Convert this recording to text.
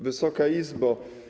Wysoka Izbo!